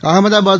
Ahmedabad